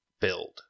build